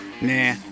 Nah